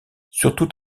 surtout